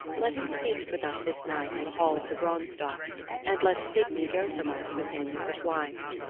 let him feast with us this night in the hall of the branstock and let signy go from us with him as his wife.